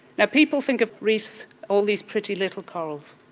now people think of reefs, all these pretty little corals,